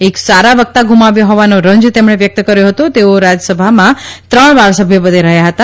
એક સારા વક્તા ગુમાવ્યાહોવાનો રંજ તેમણે વ્યક્તકર્યો હતો તેઓ રાજ્યસભામાં ત્રણવાસ્સભ્યપદે રહ્યાંહતા